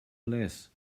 less